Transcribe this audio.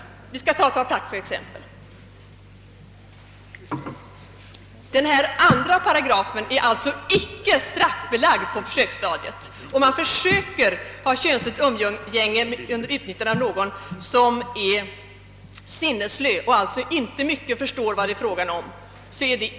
Handling enligt 2 § är icke straffbelagd på försöksstadiet. Det är alltså inte straffbelagt att försöka ha könsligt umgänge under utnyttjande av någon som är sinnesslö och alltså inte mycket förstår vad det är fråga om.